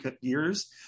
years